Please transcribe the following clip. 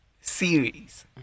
series